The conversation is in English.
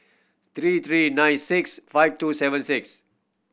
three three nine six five two seven six